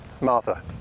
Martha